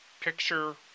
picture